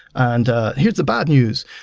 and ah here's the bad news,